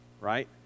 right